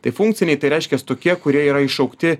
tai funkciniai tai reiškias tokie kurie yra iššaukti